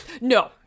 No